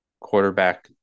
quarterback